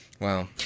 Wow